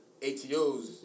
ATOs